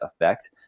effect